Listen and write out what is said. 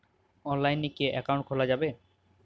অনলাইনে কি অ্যাকাউন্ট খোলা যাবে?